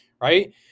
right